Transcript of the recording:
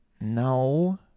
no